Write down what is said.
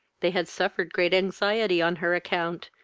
they had suffered great anxiety on her account,